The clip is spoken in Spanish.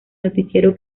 noticiero